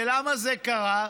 ולמה זה קרה?